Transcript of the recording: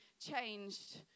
changed